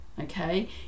okay